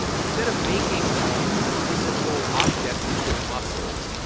instead of making a new physical object with your muscles,